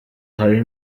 hari